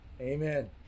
Amen